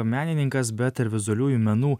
menininkas bet ir vizualiųjų menų